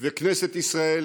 וכנסת ישראל